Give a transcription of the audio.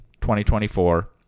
2024